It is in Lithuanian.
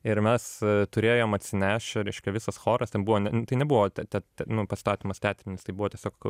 ir mes turėjom atsinešę reiškia visas choras ten buvo n tai nebuvo te te nu pastatymas teatrinis tai buvo tiesiog